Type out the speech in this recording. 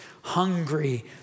hungry